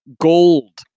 gold